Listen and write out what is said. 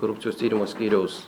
korupcijos tyrimo skyriaus